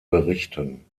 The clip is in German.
berichten